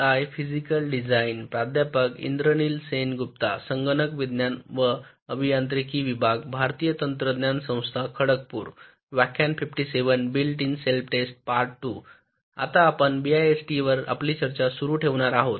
आता आपण बीआयएसटीवर आपली चर्चा सुरू ठेवणार आहोत